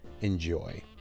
enjoy